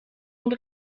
und